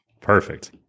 Perfect